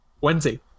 Wednesday